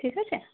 ঠিক আছে